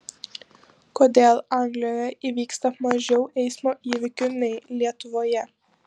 kodėl anglijoje įvyksta mažiau eismo įvykių nei lietuvoje